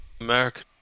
American